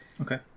Okay